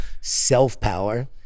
self-power